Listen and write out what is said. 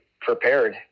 prepared